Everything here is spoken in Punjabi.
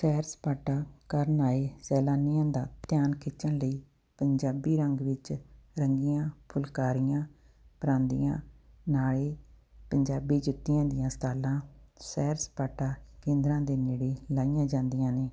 ਸੈਰ ਸਪਾਟਾ ਕਰਨ ਆਏ ਸੈਲਾਨੀਆਂ ਦਾ ਧਿਆਨ ਖਿੱਚਣ ਲਈ ਪੰਜਾਬੀ ਰੰਗ ਵਿੱਚ ਰੰਗੀਆਂ ਫੁਲਕਾਰੀਆਂ ਪਰਾਂਦੀਆਂ ਨਾਲ਼ੇ ਪੰਜਾਬੀ ਜੁੱਤੀਆਂ ਦੀਆਂ ਸਟਾਲਾਂ ਸੈਰ ਸਪਾਟਾ ਕੇਂਦਰਾਂ ਦੇ ਨੇੜੇ ਲਾਈਆਂ ਜਾਂਦੀਆਂ ਨੇ